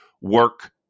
work